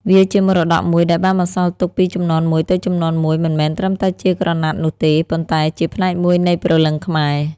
វាជាមរតកមួយដែលបានបន្សល់ទុកពីជំនាន់មួយទៅជំនាន់មួយ មិនមែនត្រឹមតែជាក្រណាត់នោះទេ ប៉ុន្តែជាផ្នែកមួយនៃព្រលឹងខ្មែរ។